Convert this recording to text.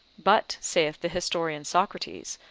but, saith the historian socrates,